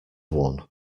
one